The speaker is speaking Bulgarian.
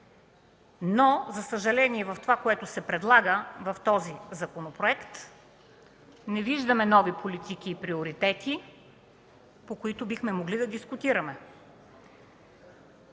Но, за съжаление, в това, което се предлага в този законопроект, не виждаме нови политики и приоритети, по които бихме могли да дискутираме.